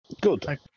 Good